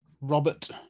Robert